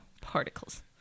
particles